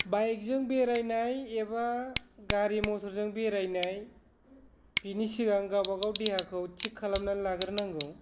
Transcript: bike जों बेरायनाय एबा गारि मटरजों बेरायनाय बिनि सिगां गाबागाव देहाखौ थिग खालामनानै लाग्रो नांगौ